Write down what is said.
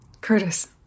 Curtis